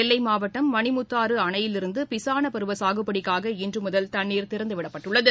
நெல்லைமாவட்டம் மணிமுத்தாறுஅணையிலிருந்துபிசானசாகுபடிக்காக இன்றுமுதல் தன்னீர் திறந்தவிடப்பட்டுள்ளது